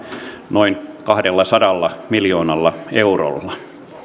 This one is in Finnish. noin kahdellasadalla miljoonalla eurolla